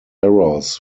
errors